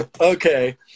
Okay